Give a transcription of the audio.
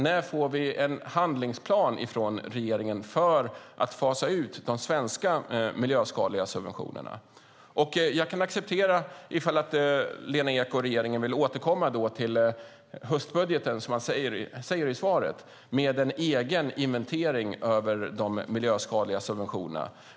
När får vi en handlingsplan från regeringen för att fasa ut de svenska miljöskadliga subventionerna? Jag kan acceptera att Lena Ek och regeringen vill återkomma till höstbudgeten, som man säger i svaret, med en egen inventering över de miljöskadliga subventionerna.